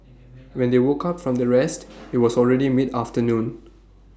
when they woke up from their rest IT was already mid afternoon